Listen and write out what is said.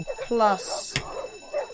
Plus